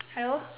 hello